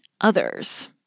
others